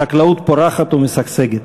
חקלאות פורחת ומשגשגת.